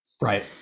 Right